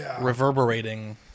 reverberating